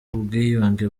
ubwiyunge